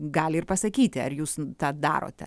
gali pasakyti ar jūs tą darote